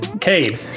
Cade